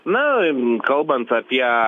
na kalbant apie